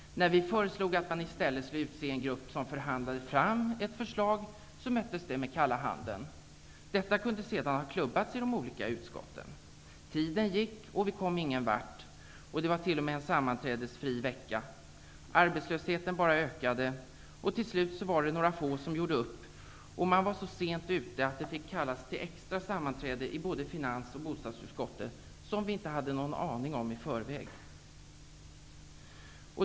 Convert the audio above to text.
När vi föreslog att man i stället skulle utse en grupp som förhandlade fram ett förslag möttes det med kalla handen. Detta kunde annars ha klubbats i de olika utskotten. Tiden gick, och vi kom ingen vart. Det var t.o.m. en sammanträdesfri vecka. Arbetslösheten bara ökade. Till slut var det några få som gjorde upp, och man var så sent ute att det fick kallas till extra sammanträde i både finans och bostadsutskottet. Detta hade vi ingen aning om i förväg.